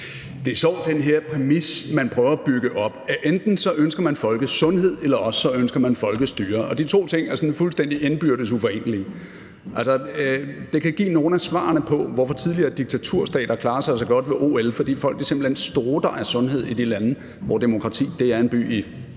Det er sjovt med den her præmis, man prøver at bygge op: at enten ønsker man folkesundhed, eller også ønsker man folkestyre, og at de to er sådan fuldstændig indbyrdes uforenelige. Altså, det kan give nogle af svarene på, hvorfor tidligere diktaturstater klarer sig så godt ved OL, og det er, fordi folk simpelt hen strutter af sundhed i de lande, hvor demokrati er en by i